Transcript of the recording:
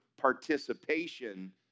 participation